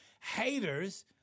Haters